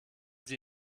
sie